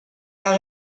las